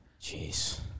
Jeez